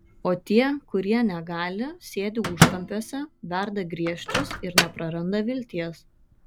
o tie kurie negali sėdi užkampiuose verda griežčius ir nepraranda vilties